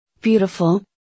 beautiful